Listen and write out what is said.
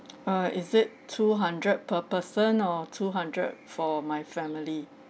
uh is it two hundred per person or two hundred for my family